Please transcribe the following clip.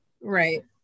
Right